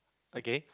okay